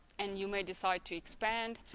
and you may decide to expand.